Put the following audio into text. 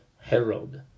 Harold